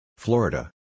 Florida